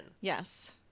Yes